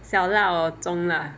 小辣 or 中辣